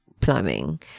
plumbing